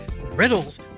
riddles